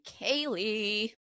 Kaylee